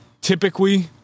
Typically